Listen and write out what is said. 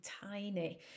tiny